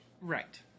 Right